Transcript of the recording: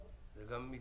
זה גם מתבקש,